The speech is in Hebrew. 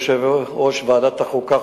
יושב-ראש ועדת החוקה,